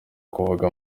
kuvuga